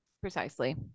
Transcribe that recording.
precisely